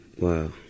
Wow